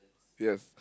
yes